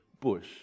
bush